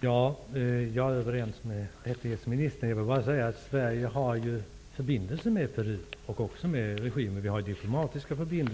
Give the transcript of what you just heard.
Fru talman! Jag är överens med rättighetsministern. Jag vill bara säga att Sverige faktiskt har diplomatiska förbindelser med regimen i Peru. Det